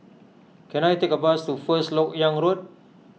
can I take a bus to First Lok Yang Road